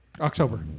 October